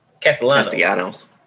Castellanos